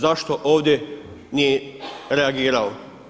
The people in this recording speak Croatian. Zašto ovdje nije reagirao?